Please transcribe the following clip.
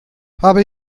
habe